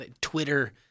Twitter